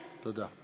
תודה.